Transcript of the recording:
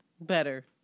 better